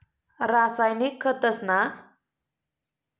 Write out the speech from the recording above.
रासायनिक खतस्ना वापर परमानमा कराले जोयजे